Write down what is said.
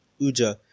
Uja